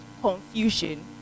confusion